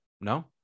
no